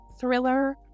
thriller